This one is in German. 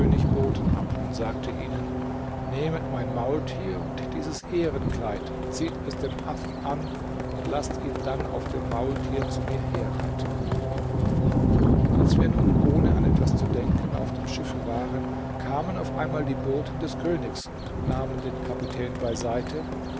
boten ab und sagte ihnen nehmet mein maultier und dieses ehrenkleid zieht es dem affen an und laßt ihn dann auf dem maultier zu mir her reiten als wir nun ohne an etwas zu denken auf dem schiffe waren kamen auf einmal die boten des königs nahmen den kapitän